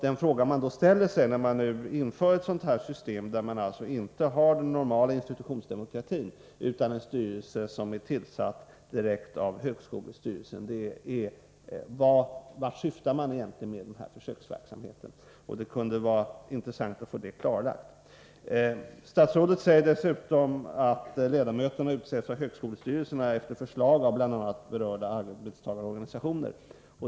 Den fråga jag ställer mig när det införs ett system där man inte har den normala institutionsdemokratin utan en styrelse som är tillsatt direkt av högskolestyrelsen är vart man egentligen syftar med denna försöksverksamhet. Det kunde vara intressant att få det klarlagt. Statsrådet säger att ledamöterna skall utses av högskolestyrelsen efter förslag av bl.a. arbetstagarorganisationer.